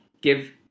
give